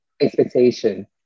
expectation